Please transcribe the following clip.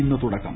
ഇന്ന് തുടക്കം